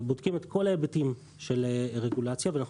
אנחנו בודקים את כל ההיבטים של רגולציה ואנחנו